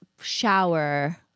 shower